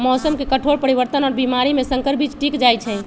मौसम के कठोर परिवर्तन और बीमारी में संकर बीज टिक जाई छई